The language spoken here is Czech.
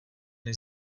než